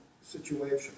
situation